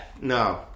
No